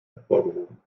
hervorgehoben